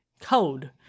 code